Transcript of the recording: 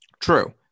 True